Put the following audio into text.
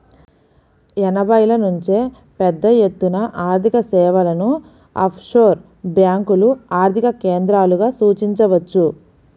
ఎనభైల నుంచే పెద్దఎత్తున ఆర్థికసేవలను ఆఫ్షోర్ బ్యేంకులు ఆర్థిక కేంద్రాలుగా సూచించవచ్చు